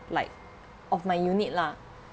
like of my unit lah